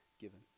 given